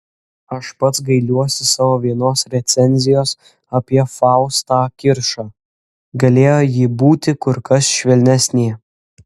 aš pats gailiuosi savo vienos recenzijos apie faustą kiršą galėjo ji būti kur kas švelnesnė